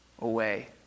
away